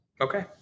Okay